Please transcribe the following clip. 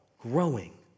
growing